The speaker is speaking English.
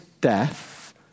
death